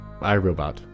irobot